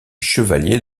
chevalier